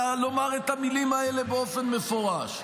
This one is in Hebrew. לומר את המילים האלה באופן מפורש,